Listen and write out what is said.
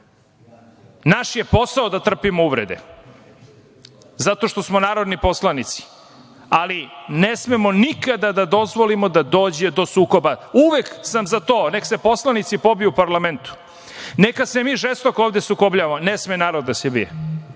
Naš je posao da trpimo uvrede zato što smo narodni poslanici, ali ne smemo nikada da dozvolimo da dođe do sukoba. Uvek sam za to – neka se poslanici pobiju u parlamentu. Neka se mi žestoko ovde sukobljavamo. Ne sme narod da se bije,